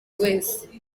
wese